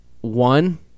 one